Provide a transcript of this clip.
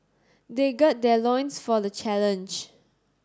they gird their loins for the challenge